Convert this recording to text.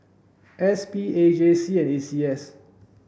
S P A J C and A C S